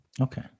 Okay